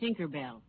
Tinkerbell